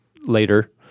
later